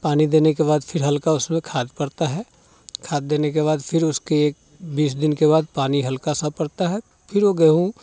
पानी देने के बाद फिर हल्का उसमें खाद पड़ता है खाद देने के बाद फिर उसके बीस दिन के बाद पानी हल्का सा पड़ता है फिर वो गेहूँ